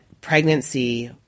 pregnancy